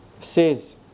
says